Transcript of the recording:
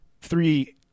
three